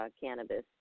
cannabis